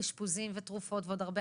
שלא לדבר על אשפוזים ותרופות ועוד.